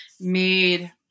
made